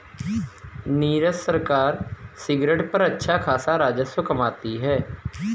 नीरज सरकार सिगरेट पर अच्छा खासा राजस्व कमाती है